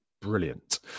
brilliant